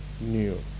new